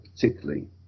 particularly